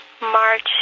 March